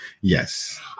Yes